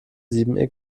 sieben